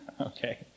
okay